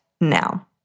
now